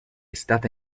stata